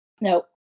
No